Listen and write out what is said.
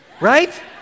Right